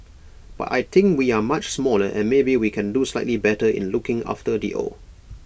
but I think we are much smaller and maybe we can do slightly better in looking after the old